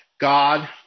God